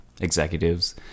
executives